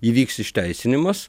įvyks išteisinimas